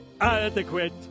adequate